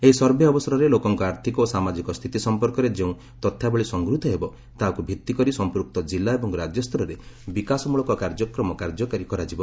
ଏହି ସର୍ଭେ ଅବସରରେ ଲୋକଙ୍କ ଆର୍ଥିକ ଓ ସାମାଜିକ ସ୍ଥିତି ସମ୍ପର୍କରେ ଯେଉଁ ତଥ୍ୟାବଳୀ ସଂଗୃହିତ ହେବ ତାହାକୁ ଭିଭି କରି ସମ୍ପୃକ୍ତ କିଲ୍ଲା ଏବଂ ରାଜ୍ୟସ୍ତରରେ ବିକାଶ ମୂଳକ କାର୍ଯ୍ୟକ୍ରମ କାର୍ଯ୍ୟକାରୀ କରାଯିବ